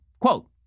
Quote